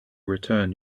return